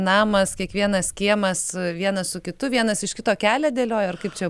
namas kiekvienas kiemas vienas su kitu vienas iš kito kelią dėlioja ar kaip čia